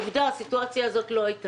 עובדה הסיטואציה הזאת לא הייתה.